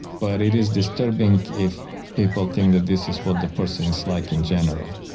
but it is disturbing if people think that this is what the person is like in general.